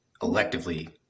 electively